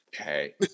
Okay